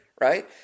right